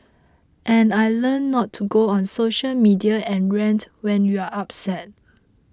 and I learnt not to go on social media and rant when you're upset